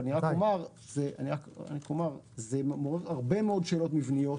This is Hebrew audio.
אבל רק אומר שזה מעורר הרבה מאוד שאלות מבניות.